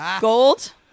Gold